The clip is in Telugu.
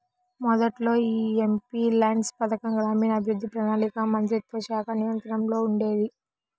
మొదట్లో యీ ఎంపీల్యాడ్స్ పథకం గ్రామీణాభివృద్ధి, ప్రణాళికా మంత్రిత్వశాఖ నియంత్రణలో ఉండేది